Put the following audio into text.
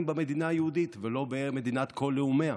במדינה היהודית ולא במדינת כל לאומיה.